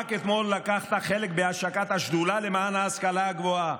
רק אתמול לקחת חלק בהשקת השדולה למען ההשכלה הגבוהה,